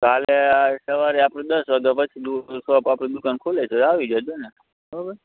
કાલે સવારે આપણે દસ વાગ્યા પછી શોપ આપણી દુકાન ખૂલે છે તો આવી જજોને બરોબર